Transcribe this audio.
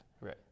right